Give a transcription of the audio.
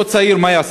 אותו צעיר, מה יעשה?